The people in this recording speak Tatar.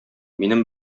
минем